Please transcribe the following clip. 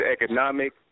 economic